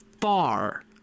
far